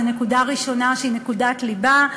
זו נקודה ראשונה שהיא נקודת ליבה.